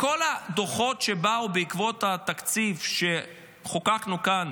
כל הדוחות שבאו בעקבות התקציב שחוקקנו כאן